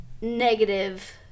negative